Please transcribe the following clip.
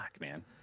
man